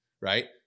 Right